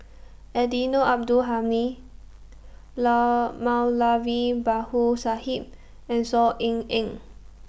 Eddino Abdul Hadi Moulavi Sahib and Saw Ean Ang